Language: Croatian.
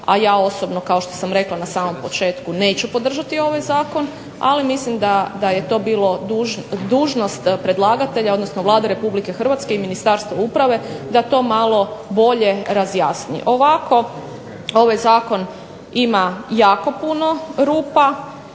a ja osobno kao što sam rekla na samom početku neću podržati ovaj zakon, ali mislim da je to bilo dužnost predlagatelja, odnosno Vlade Republike Hrvatske i Ministarstva uprave da to malo bolje razjasni. Ovako ovaj zakon ima jako puno rupa,